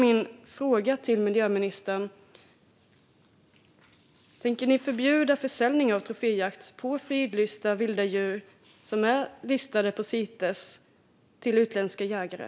Min fråga till miljöministern är: Tänker ni förbjuda försäljning av troféjakt till utländska jägare på fridlysta vilda djur som är Citeslistade?